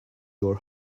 your